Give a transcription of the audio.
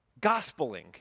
gospeling